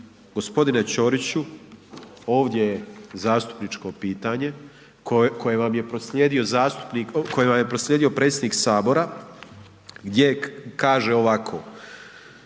Gospodine Ćoriću ovdje je zastupničko pitanje koje vam je proslijedio predsjednik Sabora gdje kaže ovako: